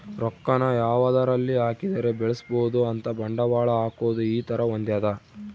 ರೊಕ್ಕ ನ ಯಾವದರಲ್ಲಿ ಹಾಕಿದರೆ ಬೆಳ್ಸ್ಬೊದು ಅಂತ ಬಂಡವಾಳ ಹಾಕೋದು ಈ ತರ ಹೊಂದ್ಯದ